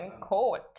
court